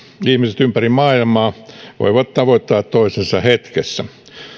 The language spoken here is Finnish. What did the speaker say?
ihmiset ympäri maailmaa voivat tavoittaa toisensa hetkessä